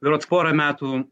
berods porą metų